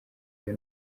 iyo